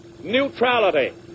neutrality